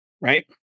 right